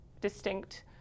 distinct